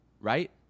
right